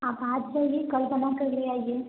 आप आज तो नहीं कल बनवा के ले आइए